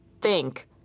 Think